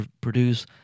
produce